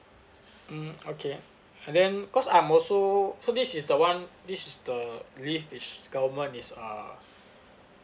mm okay and then cause I'm also so this is the one this is the leave which government is uh